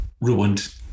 ruined